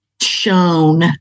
shown